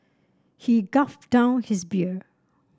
he gulped down his beer